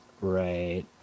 Right